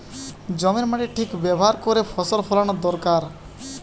জমির মাটির ঠিক ব্যাভার কোরে ফসল ফোলানো দোরকার